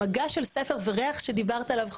מגע של ספר וריח שדיברת עליו,